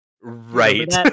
Right